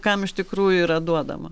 kam iš tikrųjų yra duodama